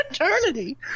eternity